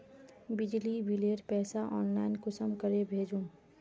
बिजली बिलेर पैसा ऑनलाइन कुंसम करे भेजुम?